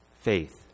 faith